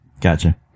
Gotcha